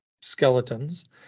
skeletons